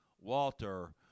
Walter